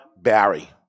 Barry